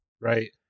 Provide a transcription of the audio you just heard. Right